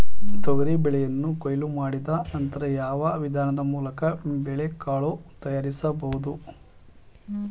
ತೊಗರಿ ಬೇಳೆಯನ್ನು ಕೊಯ್ಲು ಮಾಡಿದ ನಂತರ ಯಾವ ವಿಧಾನದ ಮೂಲಕ ಬೇಳೆಕಾಳು ತಯಾರಿಸಬಹುದು?